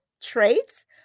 traits